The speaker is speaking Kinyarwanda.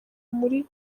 muri